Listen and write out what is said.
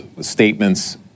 statements